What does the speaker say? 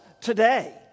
today